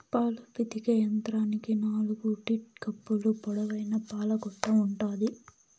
పాలు పితికే యంత్రానికి నాలుకు టీట్ కప్పులు, పొడవైన పాల గొట్టం ఉంటాది